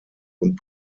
und